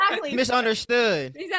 Misunderstood